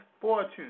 fortune